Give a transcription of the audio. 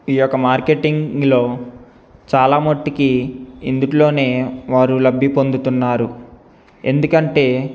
ఈ యొక్క మార్కెటింగ్లో చాలా మట్టికి ఇందుట్లోనే వారు లబ్ధి పొందుతున్నారు ఎందుకంటే